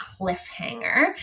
cliffhanger